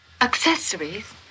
Accessories